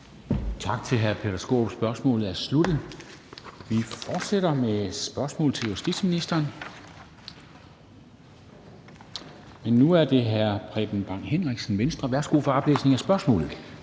Tak til hr. Peter Skaarup. Spørgsmålet er sluttet. Vi fortsætter med spørgsmål til justitsministeren, men nu er det hr. Preben Bang Henriksen, Venstre. Kl. 13:26 Spm.